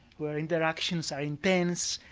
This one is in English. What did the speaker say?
where interactions are intense,